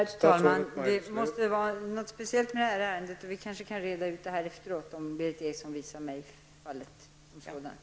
Herr talman! Det måste vara något speciellt med det här ärendet, och vi kan kanske reda ut det efteråt, om Berith Eriksson visar mig uppgifterna i fallet.